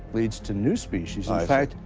leads to new species in fact,